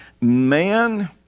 man